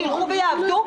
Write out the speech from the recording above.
שילכו ויעבדו,